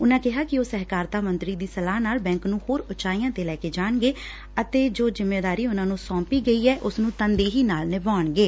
ਉਨੂਾ ਕਿਹਾ ਕਿ ਉਹ ਸਹਿਕਾਰਤਾ ਮੰਤਰੀ ਦੀ ਸਲਾਹ ਨਾਲ ਬੈਂਕ ਨੂੰ ਹੋਰ ਉਚਾਈਆਂ ਤੇ ਲੈ ਕੇ ਜਾਣਗੇ ਅਤੇ ਜੈ ਜਿੰਮੇਵਾਰੀ ਉਨੂਂ ਨੂੰ ਸੌਪੀ ਗਈ ਐ ਉਸ ਨੂੰ ਤਨਦੇਹੀ ਨਾਲ ਨਿਭਾਉਣਗੇ